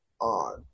on